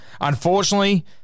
unfortunately